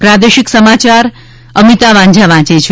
પ્રાદેશિક સમાચાર અમિતા વાંઝા વાંચ છે